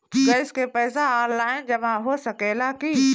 Gas के पइसा online जमा हो सकेला की?